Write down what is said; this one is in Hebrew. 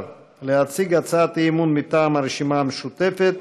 להציג הצעת אי-אמון מטעם הרשימה המשותפת: